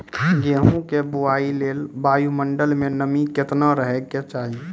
गेहूँ के बुआई लेल वायु मंडल मे नमी केतना रहे के चाहि?